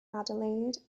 adelaide